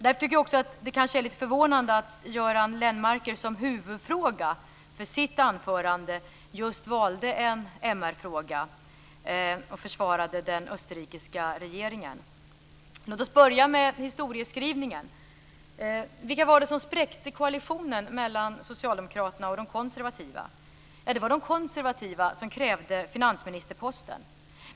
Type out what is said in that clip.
Därför är det kanske lite förvånande att Göran Lennmarker som huvudfråga i sitt anförande just valde en MR-fråga och försvarade den österrikiska regeringen. Låt oss börja med historieskrivningen! Vilka var det som spräckte koalitionen mellan socialdemokraterna och de konservativa? Det var de konservativa som krävde finansministerposten.